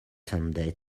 sunday